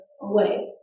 away